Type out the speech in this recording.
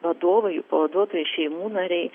vadovai pavaduotojai šeimų nariai